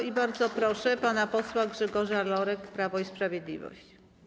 I bardzo proszę pana posła Grzegorza Lorka, Prawo i Sprawiedliwość.